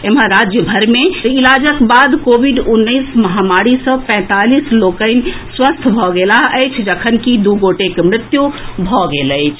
एम्हर राज्यभरि मे इलाजक बाद कोविड उन्नैस महामारी सँ पैंतालीस लोकनि स्वस्थ भऽ गेलाह अछि जखनकि दू गोटेक मृत्यु भऽ गेल अछि